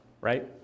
right